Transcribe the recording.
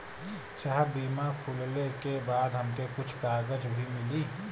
साहब बीमा खुलले के बाद हमके कुछ कागज भी मिली?